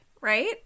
right